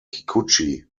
kikuchi